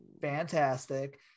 fantastic